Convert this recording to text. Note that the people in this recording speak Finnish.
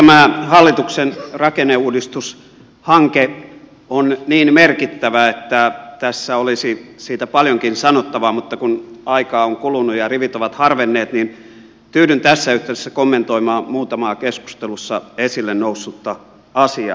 tämä hallituksen rakenneuudistushanke on niin merkittävä että tässä olisi siitä paljonkin sanottavaa mutta kun aikaa on kulunut ja rivit ovat harvenneet niin tyydyn tässä yhteydessä kommentoimaan muutamaa keskustelussa esille noussutta asiaa